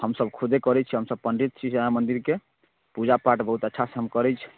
हमसभ खुदे करै छी हमसभ पण्डित छी श्यामा मन्दिरके पूजा पाठ बहुत अच्छासँ हम करै छी